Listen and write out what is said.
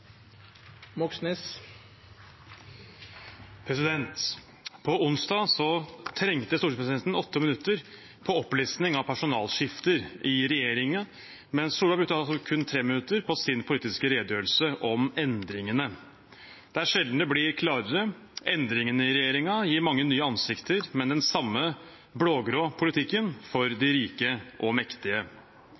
På onsdag trengte stortingspresidenten åtte minutter på opplesning av personalskifter i regjeringen, mens Erna Solberg brukte kun tre minutter på sin politiske redegjørelse om endringene. Det er sjelden det blir klarere – endringene i regjeringen gir oss mange nye ansikter, men den samme blå-grå politikken for de rike og mektige.